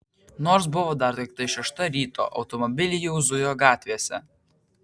nors buvo dar tiktai šešta ryto automobiliai jau zujo gatvėse